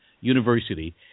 University